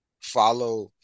follow